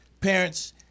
parents